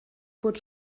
bod